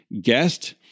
guest